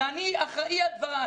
ואני אחראי על דבריי,